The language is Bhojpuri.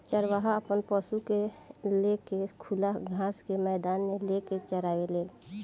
चरवाहा आपन पशु के ले के खुला घास के मैदान मे लेके चराने लेन